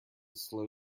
slow